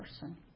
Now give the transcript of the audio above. person